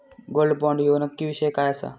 Gold bond ह्यो नक्की विषय काय आसा?